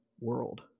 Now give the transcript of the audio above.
world